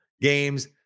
games